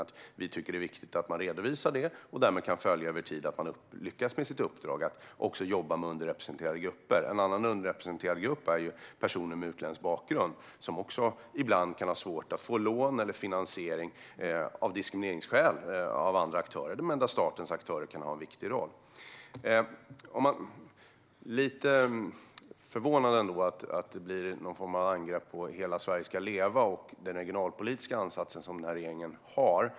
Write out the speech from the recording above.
Vi tycker att det är viktigt att man redovisar det och därmed över tid kan följa att man lyckas med sitt uppdrag att jobba med underrepresenterade grupper. En annan underrepresenterad grupp är personer med utländsk bakgrund. De kan också ibland ha svårt att få lån eller finansiering av diskrimineringsskäl av andra aktörer. Där kan statens aktörer ha en viktig roll. Jag är ändå lite förvånad över att det blir någon form av angrepp på Hela Sverige ska leva och den regionalpolitiska ansats som regeringen har.